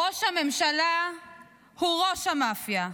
ראש הממשלה הוא ראש המאפיה,